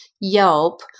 Yelp